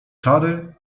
czary